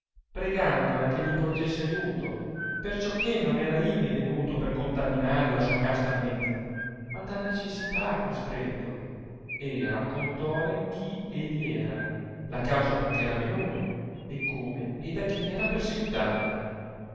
pregandola che gli porgesse aiuto perciò che non era ivi venuto per contaminare la sua casta mente ma da necessità costretto e raccontòle chi egli era la causa perchè era venuto e come e da chi era perseguitato